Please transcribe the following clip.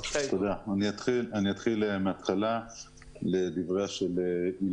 לשאלות חברת הכנסת וזאן: